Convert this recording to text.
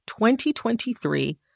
2023